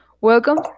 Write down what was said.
Welcome